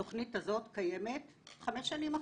התוכנית הזאת קיימת חמש שנים אחרונות.